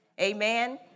Amen